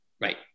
Right